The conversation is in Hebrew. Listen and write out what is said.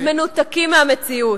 מנותקים מהמציאות.